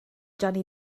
johnny